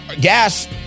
gas